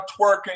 twerking